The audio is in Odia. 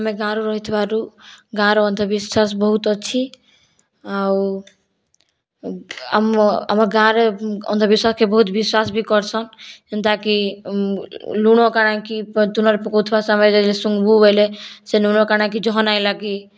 ଆମେ ଗାଁ'ରେ ରହିଥିବାରୁ ଗାଁ'ର ଅନ୍ଧବିଶ୍ୱାସ ବହୁତ ଅଛି ଆଉ ଆମ ଗାଁ'ରେ ଅନ୍ଧବିଶ୍ୱାସକେ ବହୁତ ବିଶ୍ୱାସ ବି କରସନ ଏନ୍ତାକି ଲୁଣ କାଣା'କି ତୂଣରେ ପକଉଥିବା ସମୟରେ ଶୁଙ୍ଘବୁ ବେଲେ ସେ ଲୁଣ କାଣା'କି ଜହ ନାହିଁ ଲାଗି